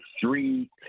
three